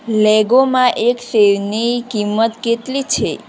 લેગોમાં એક શેરની કિંમત કેટલી છે